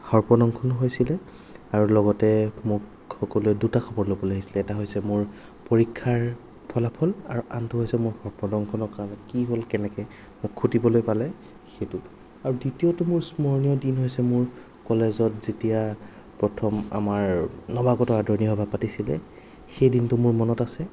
সৰ্পদংশন হৈছিলে আৰু লগতে মোক সকলোৱে দুটা খবৰ ল'বলৈ আহিছিল এটা হৈছে মোৰ পৰীক্ষাৰ ফলাফল আৰু আনটো হৈছে মোৰ সৰ্পদংশনৰ কাৰণ কি হ'ল কেনেকে মোক খুটিবলৈ পালে সেইটো আৰু দ্বিতীয়টো মোৰ স্মৰণীয় দিন হৈছে মোৰ কলেজত যেতিয়া প্ৰথম আমাৰ নৱাগত আদৰণি সভা পাতিছিল সেই দিনটো মোৰ মনত আছে